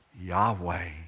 Yahweh